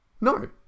No